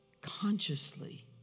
consciously